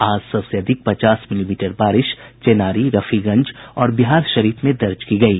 आज सबसे अधिक पचास मिलीमीटर बारिश चेनारी रफीगंज और बिहारशरीफ में दर्ज की गयी